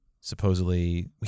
supposedly